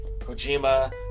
Kojima